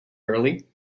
early